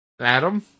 Adam